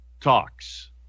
talks